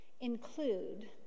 include